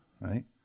Right